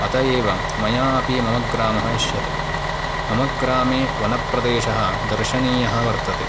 अत एव मयापि मम ग्रामः इष्यते मम ग्रामे वनप्रदेशः दर्शनीयः वर्तते